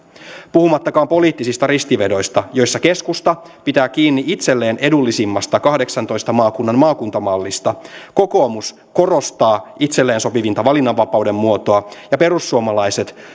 puhumattakaan poliittisista ristivedoista joissa keskusta pitää kiinni itselleen edullisimmasta kahdeksantoista maakunnan maakuntamallista kokoomus korostaa itselleen sopivinta valinnanvapauden muotoa ja perussuomalaiset